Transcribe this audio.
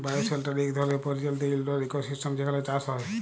bioshelter ইক ধরলের পরিচালিত ইলডোর ইকোসিস্টেম যেখালে চাষ হ্যয়